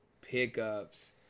pickups